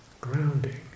grounding